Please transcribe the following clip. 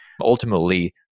Ultimately